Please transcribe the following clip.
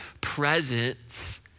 presence